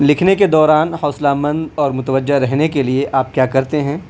لکھنے کے دوران حوصلہ مند اور متوجہ رہنے کے لیے آپ کیا کرتے ہیں